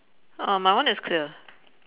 uh my one is clear